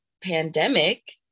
pandemic